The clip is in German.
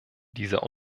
dieser